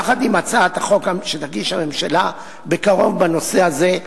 יחד עם הצעת החוק שתגיש הממשלה בקרוב בנושא הזה,